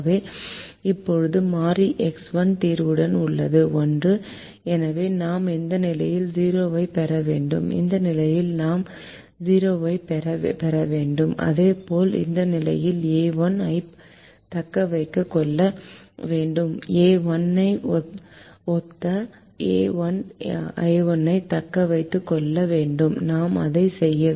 இப்போது மாறி X1 தீர்வுடன் உள்ளது 1 எனவே நான் இந்த நிலையில் 0 ஐப் பெற வேண்டும் இந்த நிலையில் நான் 0 ஐப் பெற வேண்டும் அதே போல் இந்த நிலையில் a1 ஐத் தக்க வைத்துக் கொள்ள வேண்டும் a1 ஐ ஒத்த a1 ஐ தக்க வைத்துக் கொள்ள வேண்டும் நாம் அதை செய்ய வேண்டும்